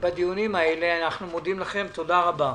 אני לא מכיר את